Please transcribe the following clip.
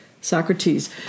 Socrates